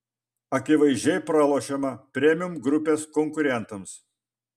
akivaizdžiai pralošiama premium grupės konkurentams